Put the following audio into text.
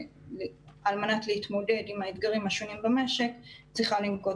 על מנת להתמודד עם האתגרים השונים במשק היא צריכה לנקוט